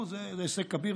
זה הישג כביר.